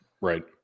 Right